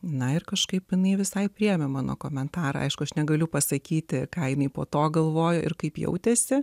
na ir kažkaip jinai visai priėmė mano komentarą aišku aš negaliu pasakyti kainai po to galvojo ir kaip jautėsi